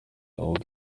old